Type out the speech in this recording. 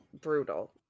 brutal